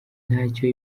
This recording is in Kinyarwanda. ntacyo